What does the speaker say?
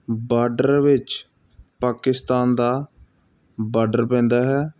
border ਵਿੱਚ ਪਾਕਿਸਤਾਨ ਦਾ border ਪੈਂਦਾ ਹੈ